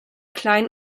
klein